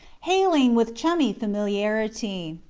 hailing with chummy familiarity,